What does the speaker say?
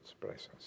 presence